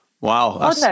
Wow